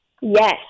Yes